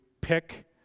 pick